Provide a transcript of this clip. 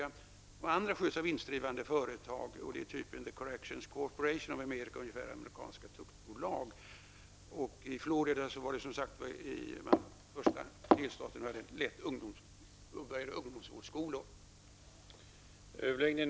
Andra fängelser sköts av vinstdrivande företag, såsom The Corrections ''det amerikanska tuktbolaget''. Florida var den första delstaten som hade en ungdomsvårdsskola av den här typen.